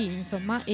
insomma